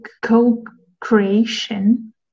co-creation